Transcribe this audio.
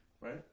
Right